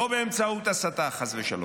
לא באמצעות הסתה, חס ושלום.